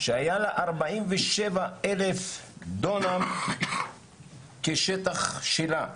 שהיה לה 47 אלף דונם שטח שלה,